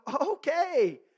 Okay